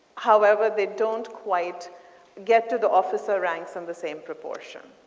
however they don't quite get to the officer ranks of the same proportion.